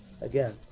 Again